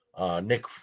Nick